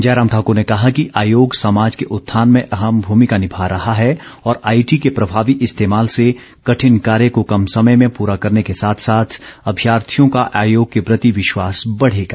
जयराम ठाकुर ने कहा कि आयोग समाज के उत्थान में अहम भूमिका निभा रहा है और आईटी के प्रभावी इस्तेमाल से कठिन कार्य को कम समय में पूरा करने के साथ साथ अभ्यार्थियों का आयोग के प्रति विश्वास बढेगा